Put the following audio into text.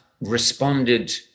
responded